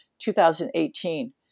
2018